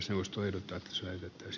arvoisa puhemies